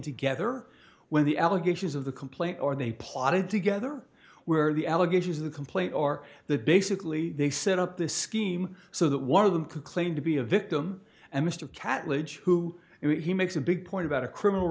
together when the allegations of the complaint or they plotted together where the allegations of the complaint or the basically they set up this scheme so that one of them could claim to be a victim and mr catlett who he makes a big point about a criminal